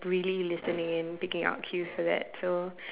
really listening in picking out cues for that so